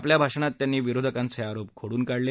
आपल्या भाषणात त्यांनी विरोधकाचे आरोप खोडून काढले